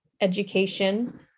education